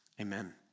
Amen